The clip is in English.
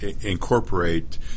incorporate